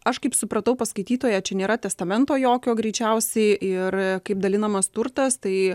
aš kaip supratau pas skaitytoją čia nėra testamento jokio greičiausiai ir kaip dalinamas turtas tai